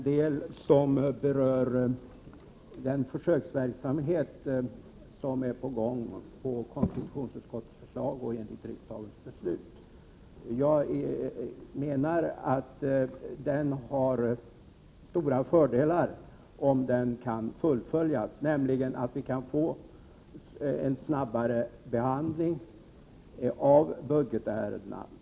Herr talman! Jag vill kommentera den del som berör den försöksverksamhet som är på gång på förslag av konstitutionsutskottet och enligt riksdagens beslut. Jag menar att det har stora fördelar om den kan fullföljas, nämligen att vi kan få en snabbare behandling av budgetärendena.